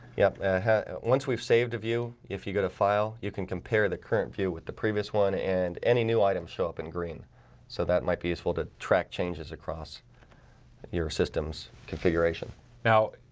yep once we've saved view if you get a file you can compare the current view with the previous one and any new items show up in green so that might be useful to track changes across your systems configuration now,